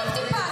את השנאה.